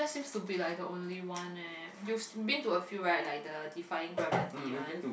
seems be like the only one eh you've been to a few right like the defying gravity one